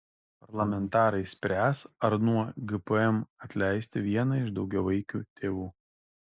parlamentarai spręs ar nuo gpm atleisti vieną iš daugiavaikių tėvų